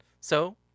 So